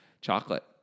Chocolate